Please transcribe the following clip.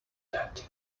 that